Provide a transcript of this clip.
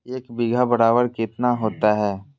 एक बीघा बराबर कितना होता है?